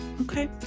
Okay